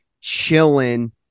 chilling